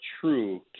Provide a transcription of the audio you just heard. true